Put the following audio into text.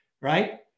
right